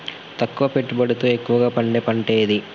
తక్కువ పెట్టుబడితో ఎక్కువగా పండే పంట ఏది?